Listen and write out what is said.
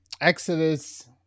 exodus